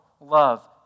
love